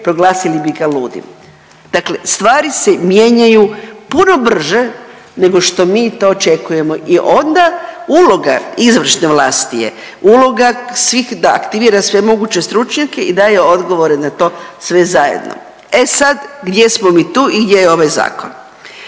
proglasili bi ga ludim, dakle stvari se mijenjaju puno brže nego što mi to očekujemo i onda uloga izvršne vlasti je uloga svih da aktivira sve moguće stručnjake i daje odgovore na to sve zajedno. E sad gdje smo mi tu i gdje je ovaj zakon?